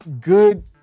good